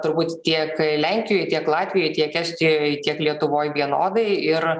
turbūt tiek lenkijoj tiek latvijoj tiek estijoj tiek lietuvoj vienodai ir